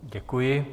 Děkuji.